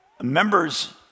members